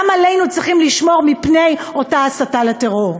גם עלינו צריכים לשמור מפני אותה הסתה לטרור.